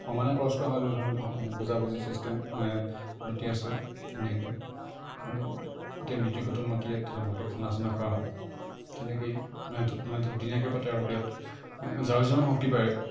সমানে খৰচ কৰা হয় দুয়োঘৰে মিলি সমানে বুজা বুজি ছিষ্টেম মানে পদ্ধতি আছে ধুনীয়াকৈ আৰু গোটেই মিটিৰ কুটুম মাতি ইয়াত ভালকে খানা চানা খোৱা হয় তেনেকেই মানে মানে দুদিনীয়াকৈ পাতে আৰু বিয়াত যাৰ যিমান শক্তি পাৰে